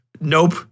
Nope